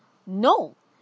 no